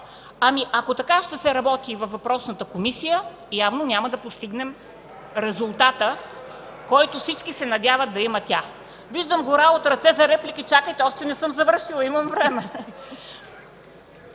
Ами, ако така ще се работи във въпросната комисия, явно няма да постигнем резултата, който всички се надяват да има тя. (Шум и реплики.) Виждам гора от ръце за реплики – чакайте, още не съм завършила! Имам време.